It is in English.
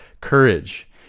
courage